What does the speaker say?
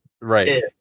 Right